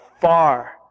far